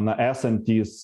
na esantys